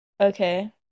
Okay